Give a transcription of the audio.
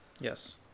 Yes